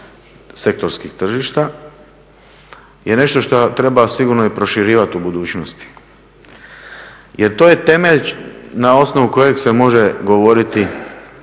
sektorskih tržišta, je nešto što treba sigurno i proširivati u budućnosti. Jer to je temelj na osnovu kojeg se može govoriti